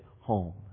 home